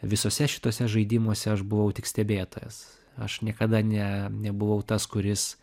visuose šitose žaidimuose aš buvau tik stebėtojas aš niekada ne nebuvau tas kuris